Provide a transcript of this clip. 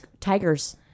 tigers